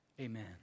Amen